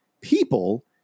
People